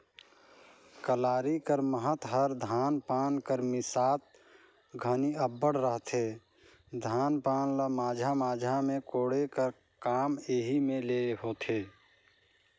कलारी कर महत हर धान पान कर मिसात घनी अब्बड़ रहथे, धान पान ल माझा माझा मे कोड़े का काम एही मे ले होथे